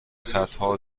صدها